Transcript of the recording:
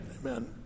Amen